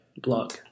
blog